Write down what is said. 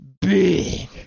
Big